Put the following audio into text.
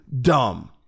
dumb